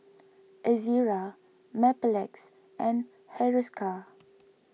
Ezerra Mepilex and Hiruscar